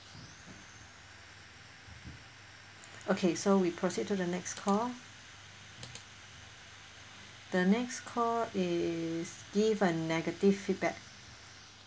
okay so we proceed to the next call the next call is give a negative feedback